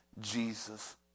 Jesus